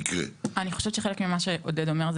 אני חושבת שחלק ממה שעודד אומר זה